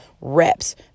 reps